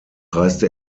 reiste